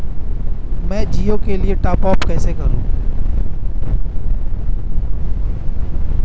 मैं जिओ के लिए टॉप अप कैसे करूँ?